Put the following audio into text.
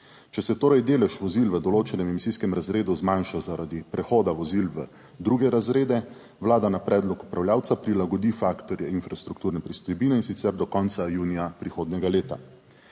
Če se torej delež vozil v določenem emisijskem razredu zmanjša zaradi prehoda vozil v druge razrede, vlada na predlog upravljavca prilagodi faktorje infrastrukturne pristojbine, in sicer do konca junija prihodnjega leta.